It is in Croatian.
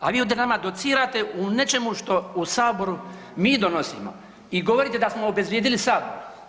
A vi nama ovdje docirate u nečemu što u saboru mi donosimo i govorite da smo obezvrijedili sabor.